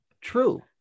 True